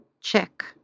check